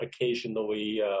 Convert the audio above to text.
occasionally